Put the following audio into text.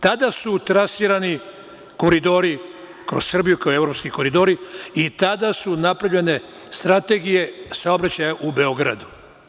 Kada su trasirani koridori kroz Srbiju, kao evropski koridori, i tada su napravljene strategije saobraćaja u Beogradu.